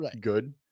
good